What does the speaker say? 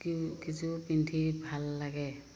কি কিযোৰ পিন্ধি ভাল লাগে